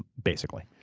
basically.